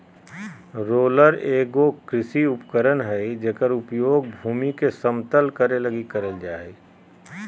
roller एगो कृषि उपकरण हइ जेकर उपयोग भूमि के समतल करे लगी करल जा हइ